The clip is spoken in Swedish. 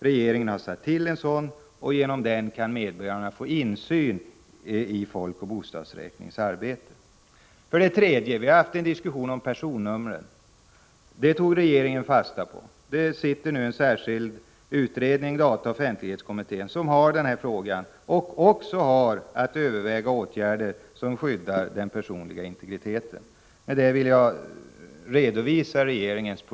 Regeringen har tillsatt en sådan, och genom den kan medborgarna få insyn i folkoch bostadsräkningens arbete. För det tredje har vi haft en diskussion om personnumren. Det tog regeringen fasta på. Det sitter nu en särskild utredning — dataoch offentlighetskommittén — som skall behandla den här frågan. De har även att överväga åtgärder som skyddar den personliga integriteten.